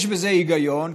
יש בזה היגיון,